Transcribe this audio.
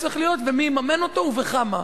ומי יממן אותו ובכמה.